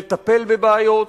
לטפל בבעיות,